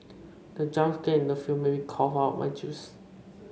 the jump scare in the film made me cough out my juice